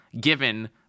given